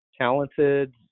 talented